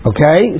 Okay